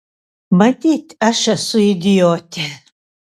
matyt aš esu idiotė